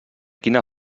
quina